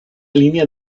línea